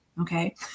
Okay